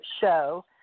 show